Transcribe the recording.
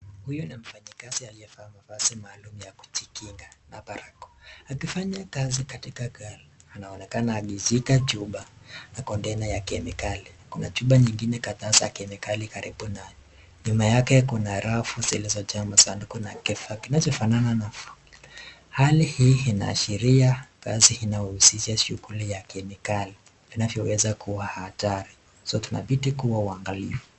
Huyu mfanyakazi aliyevalia mafasi maalum ya kujikinga na barakoa akifanya kazi katika gala. Anaonekana akishika chupa na container ya kemikali. Kuna chupa zingine kadhaa za kemikali karibu naye. Nyuma yake kuna rafu zilizojaa masanduku na kifa kinachofanana na. Hali hii inaashiria kazi inayohusisha shughuli ya kemikali vinavyoweza kuwa hatari. So tunabidi kuwa waangalifu.